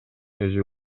өзү